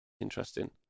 interesting